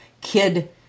kid